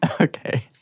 Okay